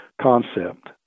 concept